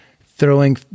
throwing